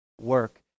work